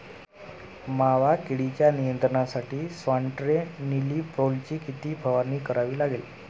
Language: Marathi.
मावा किडीच्या नियंत्रणासाठी स्यान्ट्रेनिलीप्रोलची किती फवारणी करावी लागेल?